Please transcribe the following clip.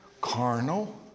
carnal